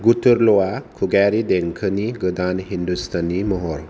गुटुरलआ खुगायारि देंखोनि गोदान हिन्दुस्तानी महर